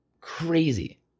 crazy